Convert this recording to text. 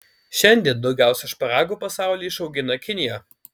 šiandien daugiausiai šparagų pasaulyje išaugina kinija